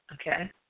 Okay